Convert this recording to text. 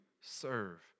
serve